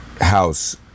House